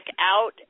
out